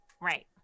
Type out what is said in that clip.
Right